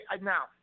now